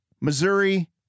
Missouri